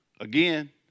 Again